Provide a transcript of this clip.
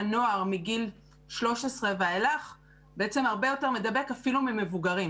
נוער מגיל 13 ואילך בעצם הרבה יותר מדבק אפילו ממבוגרים.